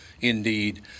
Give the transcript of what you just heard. Indeed